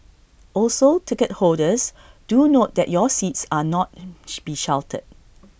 also ticket holders do note that your seats are not be sheltered